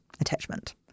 attachment